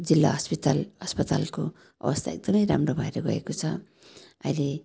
जिल्ला हस्पिटल अस्पतालको अवस्था एकदमै राम्रो भएर गएको छ अहिले